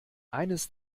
eines